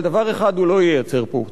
אבל דבר אחד הוא לא ייצר פה,